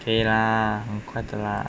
okay 啦很快的啦